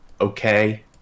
okay